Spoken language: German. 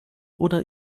oder